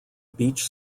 beach